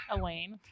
elaine